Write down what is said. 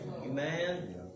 Amen